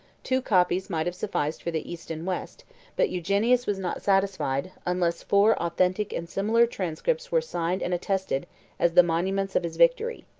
two copies might have sufficed for the east and west but eugenius was not satisfied, unless four authentic and similar transcripts were signed and attested as the monuments of his victory.